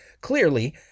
Clearly